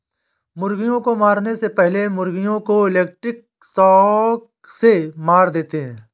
मुर्गियों को मारने से पहले मुर्गियों को इलेक्ट्रिक शॉक से मार देते हैं